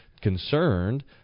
concerned